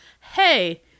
hey